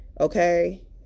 Okay